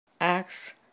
Acts